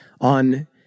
on